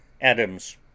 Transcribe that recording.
Adams